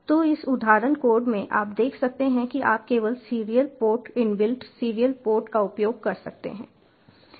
तो इस उदाहरण कोड में आप देख सकते हैं कि आप केवल serial port inbuilt serial port का उपयोग कर सकते हैं